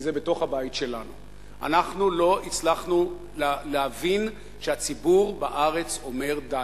לא הצלחנו להבין שהציבור בארץ אומר די.